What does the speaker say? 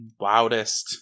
loudest